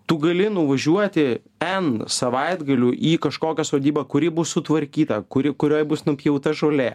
tu gali nuvažiuoti n savaitgalių į kažkokią sodybą kuri bus sutvarkyta kuri kurioj bus nupjauta žolė